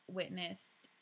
witnessed